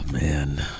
man